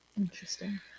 Interesting